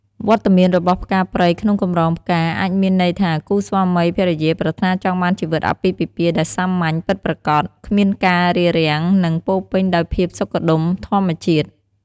វត្តមានរបស់ផ្កាព្រៃក្នុងកម្រងផ្កា អាចមានន័យថាគូស្វាមីភរិយាប្រាថ្នាចង់បានជីវិតអាពាហ៍ពិពាហ៍ដែលសាមញ្ញ ពិតប្រាកដ គ្មានការរារាំង និងពោរពេញដោយភាពសុខដុមធម្មជាតិ។